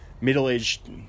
middle-aged